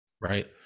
Right